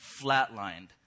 flatlined